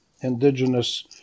indigenous